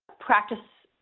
practice